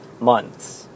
months